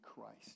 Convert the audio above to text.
Christ